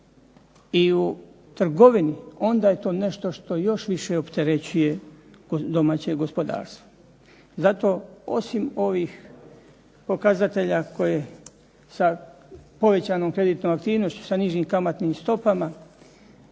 i u trgovini onda je to nešto što još više opterećuje domaće gospodarstvo. Zato osim ovih pokazatelja koje sa povećanom kreditnom aktivnošću, sa nižim kamatnim stopama